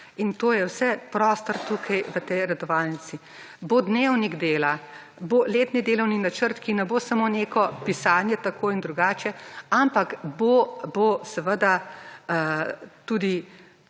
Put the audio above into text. In to je vse prostor tukaj v tej redovalnici. Bo dnevnik dela, bo letni delovni načrt, ki ne bo samo neko pisanje tako in drugače, ampak bo seveda tudi